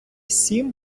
сім